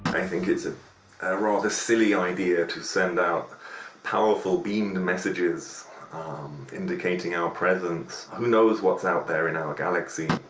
i think it's a rather silly idea to send out powerful beamed messages indicating our presence who knows what's out there in our galaxy.